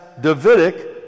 Davidic